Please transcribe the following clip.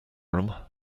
room